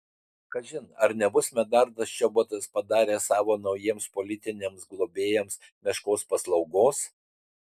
kažin ar nebus medardas čobotas padaręs savo naujiems politiniams globėjams meškos paslaugos